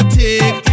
take